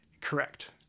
Correct